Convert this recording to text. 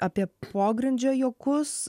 apie pogrindžio juokus